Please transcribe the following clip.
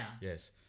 Yes